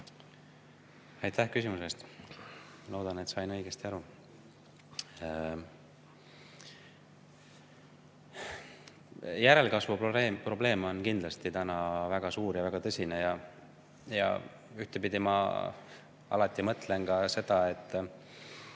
Aitäh küsimuse eest! Loodan, et sain õigesti aru. Järelkasvu probleem on kindlasti väga suur ja väga tõsine. Ühtepidi ma alati mõtlen ka seda,